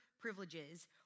privileges